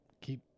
keep